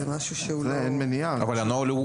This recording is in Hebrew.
אבל הנוהל הוא